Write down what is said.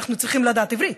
אנחנו צריכים לדעת עברית,